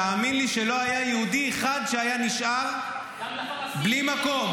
תאמין לי שלא היה יהודי אחד שהיה נשאר בלי מקום